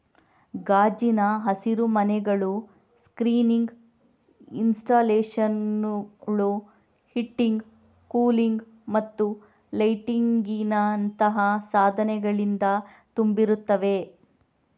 ಗಾಜಿನ ಹಸಿರುಮನೆಗಳು ಸ್ಕ್ರೀನಿಂಗ್ ಇನ್ಸ್ಟಾಲೇಶನುಳು, ಹೀಟಿಂಗ್, ಕೂಲಿಂಗ್ ಮತ್ತು ಲೈಟಿಂಗಿನಂತಹ ಸಾಧನಗಳಿಂದ ತುಂಬಿರುತ್ತವೆ